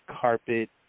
carpet